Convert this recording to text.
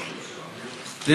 סליחה.